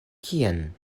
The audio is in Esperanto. kien